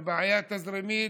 בבעיה תזרימית,